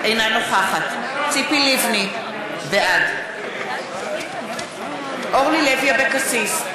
אינה נוכחת ציפי לבני, בעד אורלי לוי אבקסיס,